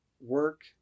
work